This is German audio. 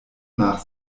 nach